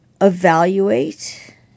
evaluate